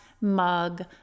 mug